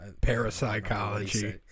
parapsychology